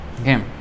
Okay